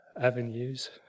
avenues